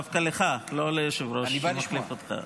דווקא לך, לא ליושב-ראש שמחליף אותך.